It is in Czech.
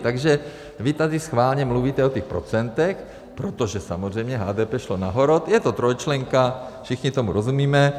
Takže vy tady schválně mluvíte o těch procentech, protože samozřejmě HDP šlo nahoru, je to trojčlenka, všichni tomu rozumíme.